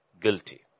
guilty